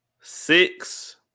six